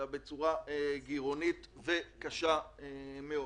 אלא גירעונית קשה מאוד.